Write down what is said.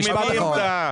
וזכותו להביע עמדה.